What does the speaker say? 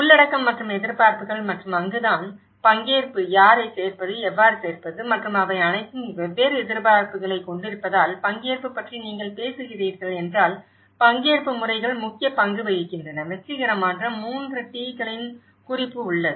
உள்ளடக்கம் மற்றும் எதிர்பார்ப்புகள் மற்றும் அங்குதான் பங்கேற்பு யாரைச் சேர்ப்பது எவ்வாறு சேர்ப்பது மற்றும் அவை அனைத்தும் வெவ்வேறு எதிர்பார்ப்புகளைக் கொண்டிருப்பதால் பங்கேற்பு பற்றி நீங்கள் பேசுகிறீர்கள் என்றால் பங்கேற்பு முறைகள் முக்கிய பங்கு வகிக்கின்றன வெற்றிகரமான 3 Tகளின் குறிப்பும் உள்ளது